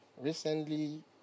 Recently